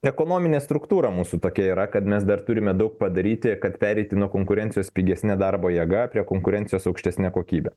ekonominė struktūra mūsų tokia yra kad mes dar turime daug padaryti kad pereiti nuo konkurencijos pigesne darbo jėga prie konkurencijos aukštesne kokybe